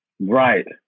Right